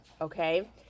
okay